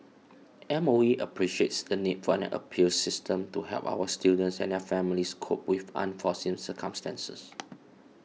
M O E appreciates the need for an appeals system to help our students and their families cope with unforeseen circumstances